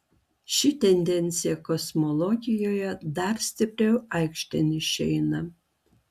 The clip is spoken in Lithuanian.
ši tendencija kosmologijoje dar stipriau aikštėn išeina